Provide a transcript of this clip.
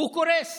והוא קורס